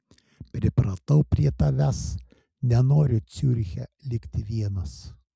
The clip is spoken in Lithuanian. pripratau prie tavęs nenoriu ciuriche likti vienas